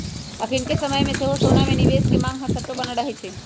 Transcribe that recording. अखनिके समय में सेहो सोना में निवेश के मांग हरसठ्ठो बनल रहै छइ